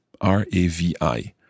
R-A-V-I